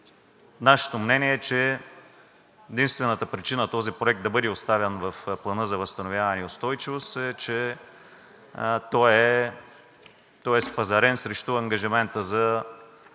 Нашето мнение – единствената причина този проект да бъде оставен в Плана за възстановяване и устойчивост, е, че той е спазарен срещу ангажимента за